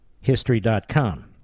History.com